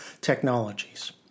technologies